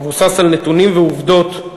המבוסס על נתונים ועובדות,